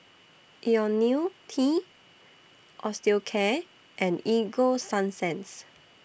Ionil T Osteocare and Ego Sunsense